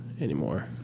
anymore